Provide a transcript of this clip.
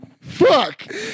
Fuck